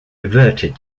reverted